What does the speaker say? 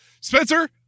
Spencer